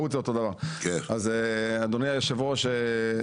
אדוני יושב הראש,